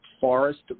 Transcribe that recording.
forest